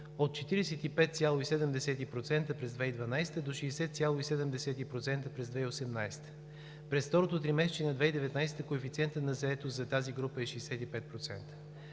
от 45,7% през 2012 г. до 60,7% през 2018 г. През второто тримесечие на 2019 г. коефициентът на заетост за тази група е 65%.